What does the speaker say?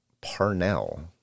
Parnell